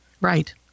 Right